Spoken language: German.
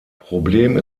problem